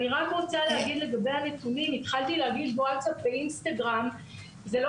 התחלתי להגיד לגבי הנתונים שזה ווטסאפ ואינסטגרם,